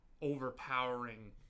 overpowering